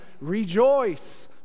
rejoice